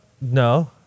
No